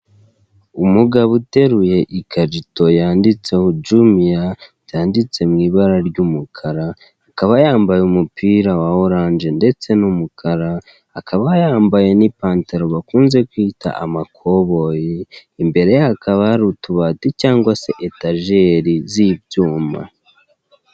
Umugabo uteruye ikarito yanditseho jumiya, byanditse mu ibara ry'umukara, akaba yambaye umupira wa oranje ndetse n'umukara, akaba yambaye n'ipantaro bakunze kwita amakoboyi. Imbere ye hakaba hari utubati cyangwa se etajeri z'ibyuma.